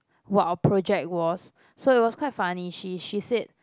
what our project was so it was quite funny she she said